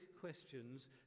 questions